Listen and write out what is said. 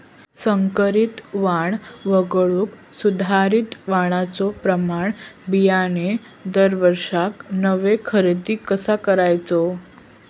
संकरित वाण वगळुक सुधारित वाणाचो प्रमाण बियाणे दरवर्षीक नवो खरेदी कसा करायचो?